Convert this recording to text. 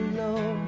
low